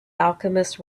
alchemist